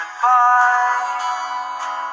Goodbye